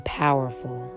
powerful